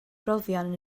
brofion